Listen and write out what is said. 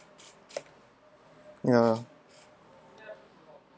ya